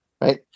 Right